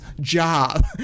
job